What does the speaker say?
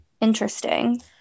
interesting